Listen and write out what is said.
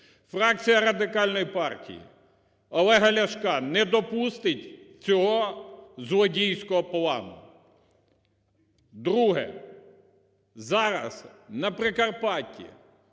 Фракція Радикальної партії Олега Ляшка не допустить цього злодійського плану. Друге. Зараз на Прикарпатті